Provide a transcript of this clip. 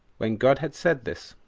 when god had said this,